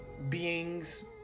Beings